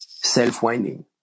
Self-winding